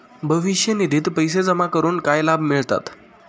भविष्य निधित पैसे जमा करून काय लाभ मिळतात?